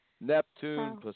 Neptune